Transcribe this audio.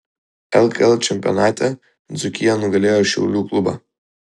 lkl čempionate dzūkija nugalėjo šiaulių klubą